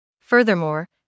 Furthermore